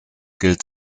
gilt